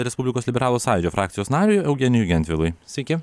respublikos liberalų sąjūdžio frakcijos nariui eugenijui gentvilui sveiki